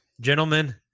Gentlemen